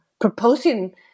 proposing